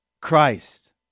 Christ